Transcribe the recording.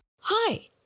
hi